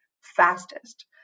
fastest